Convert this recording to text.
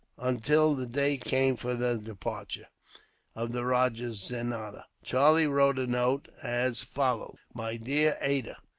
until the day came for the departure of the rajah's zenana. charlie wrote a note, as follows my dear ada,